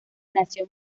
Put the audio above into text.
nació